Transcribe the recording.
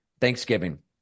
Thanksgiving